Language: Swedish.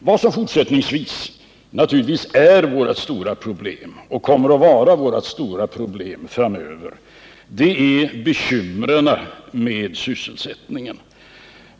Vad som är vårt stora problem och kommer att vara vårt stora problem framöver är bekymren med sysselsättningen.